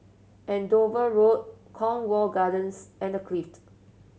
Andover Road Cornwall Gardens and The Clift